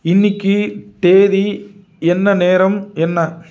இன்னைக்கு தேதி என்ன நேரம் என்ன